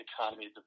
economy